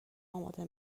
اماده